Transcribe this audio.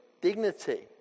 dignity